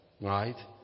right